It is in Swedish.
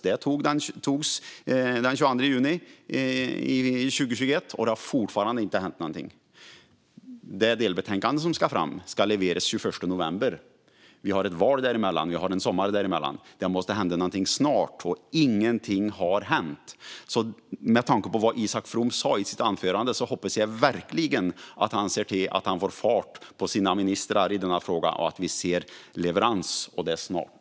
Det antogs den 22 juni 2021, och det har fortfarande inte hänt någonting. Det delbetänkande som man ska komma fram till ska levereras den 21 november. Innan dess är det sommar och ett val. Det måste hända någonting snart. Men ingenting har hänt. Med tanke på vad Isak From sa i sitt anförande hoppas jag verkligen att han ser till att få fart på sina ministrar i denna fråga så att vi får se leverans och det snart.